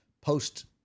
post